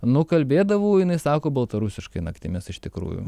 nu kalbėdavau jinai sako baltarusiškai naktimis iš tikrųjų